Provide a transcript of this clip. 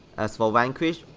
as for vanquish,